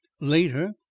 Later